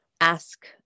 ask